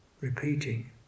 repeating